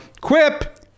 quip